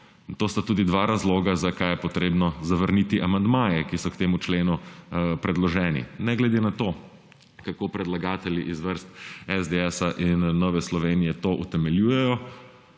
To sta tudi dva razloga, zakaj je potrebno zavrniti amandmaje, ki so k temu členu predloženi. Ne glede na to, kako predlagatelji iz vrst SDS in Nove Slovenije to utemeljujejo,